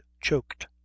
choked